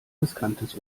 riskantes